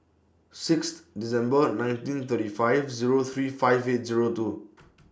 Sixth December nineteen thirty five Zero three five eight Zero two